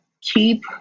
Keep